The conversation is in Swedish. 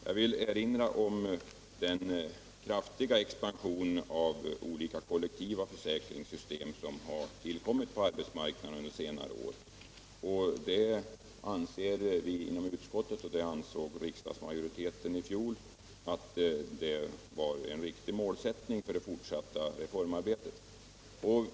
Jag vill erinra om den kraftiga expansion av olika kollektiva försäkringssystem som har tillkommit på arbetsmarknaden under senare år. Vi inom utskottet anser, liksom riksdagsmajoriteten i fjol ansåg, att det är en riktig målsättning för det fortsatta reformarbetet.